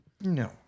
no